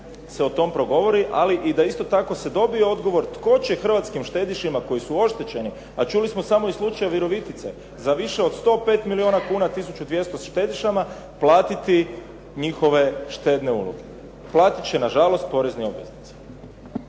se o tom progovori, ali i da isto tako se dobije odgovor tko će hrvatskim štedišama koji su oštećeni, a čuli smo samo iz slučaja Virovitice za više od 105 milijuna kuna 1200 štediša platiti njihove štedne uloge. Platiti će nažalost porezni obveznici.